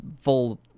full